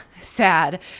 sad